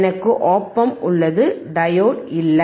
எனக்கு op amp உள்ளது diode இல்லை